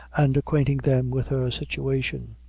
and acquainting them with her situation.